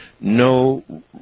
no